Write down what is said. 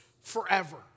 forever